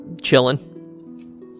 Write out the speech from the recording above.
chilling